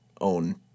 own